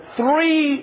three